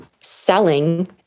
selling